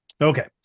Okay